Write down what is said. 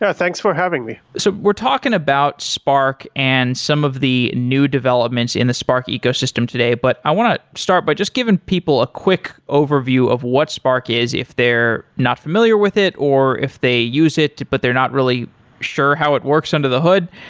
ah thanks for having me so we're talking about spark and some of the new developments in the spark ecosystem today. but i want to start by just giving people a quick overview of what spark is if they're not familiar with it, or if they use it but they're not really sure how it works under the hood.